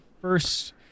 first